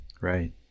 right